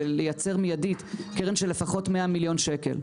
ולייצר מידית קרן של לפחות 100 מיליון שקל.